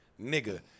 nigga